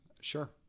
Sure